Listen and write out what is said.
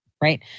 right